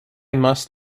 must